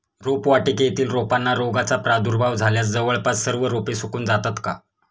रोपवाटिकेतील रोपांना रोगाचा प्रादुर्भाव झाल्यास जवळपास सर्व रोपे सुकून जातात का?